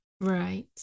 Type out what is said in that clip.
Right